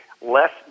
less